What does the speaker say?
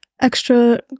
extra